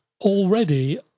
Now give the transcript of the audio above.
already